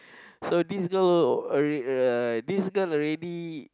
so this girl uh this girl already